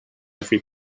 every